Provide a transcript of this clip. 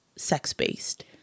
sex-based